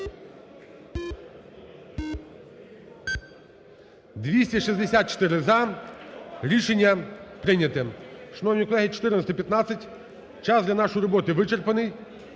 За-264 Рішення прийнято. Шановні колеги! 14:15, час для нашої роботи вичерпаний.